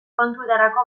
kontuetarako